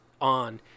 on